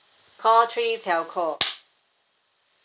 call three telco